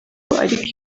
ariko